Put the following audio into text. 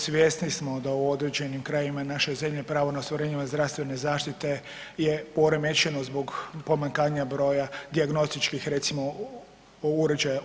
Svjesni smo da u određenim krajevima naše zemlje pravo na ostvarenje zdravstvene zaštite je poremećeno zbog pomanjkanja broja dijagnostičkih recimo uređaja.